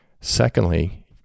Secondly